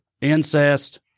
incest